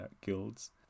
guilds